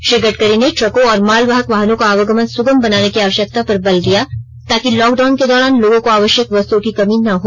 श्री गडकरी ने ट्रकों और मालवाहक वाहनों का आवागमन सुगम बनाने की आवश्यकता पर बल दिया ताकि लॉकडाउन के दौरान लोगों को आवश्यक वस्तुओं की कमी न हो